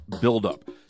buildup